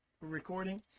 recording